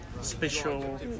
special